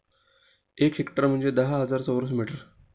एक हेक्टर म्हणजे दहा हजार चौरस मीटर